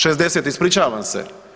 60, ispričavam se.